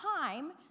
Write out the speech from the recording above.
time